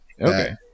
Okay